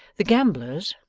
the gamblers,